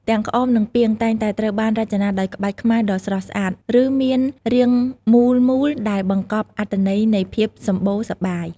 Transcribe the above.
ទាំងក្អម និងពាង តែងតែត្រូវបានរចនាដោយក្បាច់ខ្មែរដ៏ស្រស់ស្អាត ឬមានរាងមូលមូលដែលបង្កប់អត្ថន័យនៃភាពសម្បូរសប្បាយ។